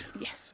Yes